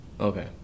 okay